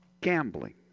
gambling